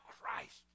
Christ